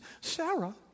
Sarah